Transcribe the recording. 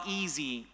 easy